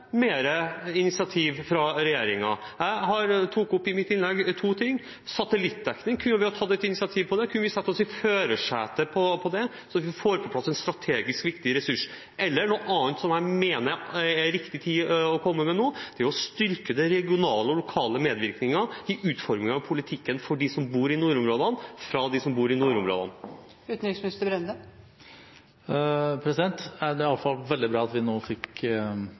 initiativ fra regjeringen. Jeg tok opp i mitt innlegg to ting: Satellittdekning – kunne vi ha tatt et initiativ til det, kunne vi ha satt oss i førersetet for det, så vi fikk på plass en strategisk viktig ressurs? Noe annet, som jeg mener er riktig tid å komme med nå, er det å styrke den regionale og lokale medvirkningen i utformingen av politikken for dem som bor i nordområdene, fra dem som bor i nordområdene. Det er iallfall veldig bra at vi nå fikk